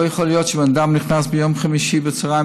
לא יכול להיות שבן אדם נכנס ביום חמישי בצוהריים